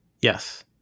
Yes